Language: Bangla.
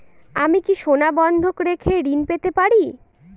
আমি কি সোনা বন্ধক রেখে ঋণ পেতে পারি?